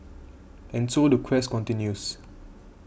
and so the quest continues